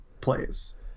plays